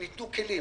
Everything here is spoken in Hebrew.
ניתנו כלים,